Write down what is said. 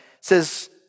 says